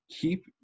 keep